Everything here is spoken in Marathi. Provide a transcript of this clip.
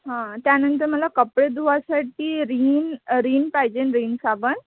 हा त्यानंतर मला कपडे धुवासाठी रीन रीन पाहिजे रीन साबण